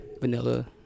vanilla